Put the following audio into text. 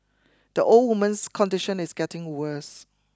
the old woman's condition is getting worse